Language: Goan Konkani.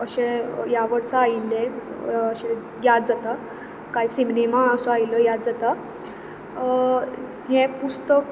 अशें ह्या वर्सा आयिल्लें अशें याद जाता कांय सिनेमा असो आयिल्लो याद जाता हें पुस्तक